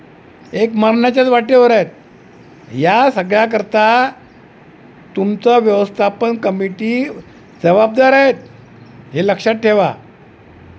एक मरणाच्याच वाटेवर आहेत या सगळ्याकरता तुमचं व्यवस्थापन कमिटी जबाबदार आहेत हे लक्षात ठेवा